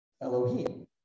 Elohim